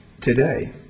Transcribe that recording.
today